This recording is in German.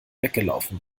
weggelaufen